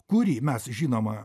kurį mes žinoma